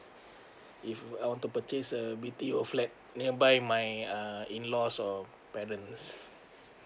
if I want to purchase a B_T_O flat nearby my uh in laws or parents